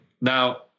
Now